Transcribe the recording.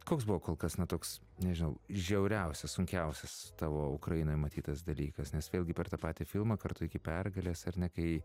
koks buvo kol kas na toks nežinau žiauriausias sunkiausias tavo ukrainoje matytas dalykas nes vėlgi per tą patį filmą kartu iki pergalės ar ne kai